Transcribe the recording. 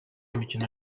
imikino